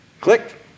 Click